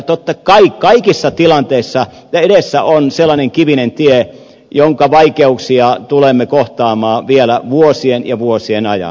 totta kai kaikissa tilanteissa edessä on sellainen kivinen tie jonka vaikeuksia tulemme kohtaamaan vielä vuosien ja vuosien ajan